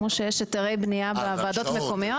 כמו שיש היתרי בנייה בוועדות מקומיות.